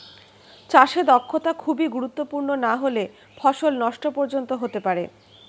চাষে দক্ষতা খুবই গুরুত্বপূর্ণ নাহলে ফসল নষ্ট পর্যন্ত হতে পারে